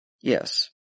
Yes